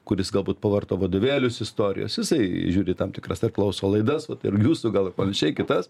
kuris galbūt pavarto vadovėlius istorijos jisai žiūri tam tikras dar klauso laidas vat ir jūsų gal ir panašiai kitas